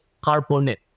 carbonate